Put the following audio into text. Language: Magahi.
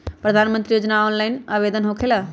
प्रधानमंत्री योजना ऑनलाइन आवेदन होकेला?